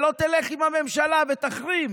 ולא תלך עם הממשלה ותחרים,